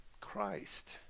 Christ